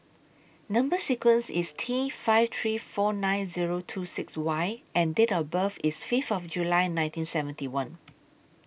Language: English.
Number sequence IS T five three four nine Zero two six Y and Date of birth IS Fifth of July nineteen seventy one